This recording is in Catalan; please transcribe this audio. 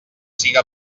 siga